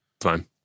fine